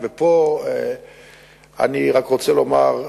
אני רק רוצה לומר,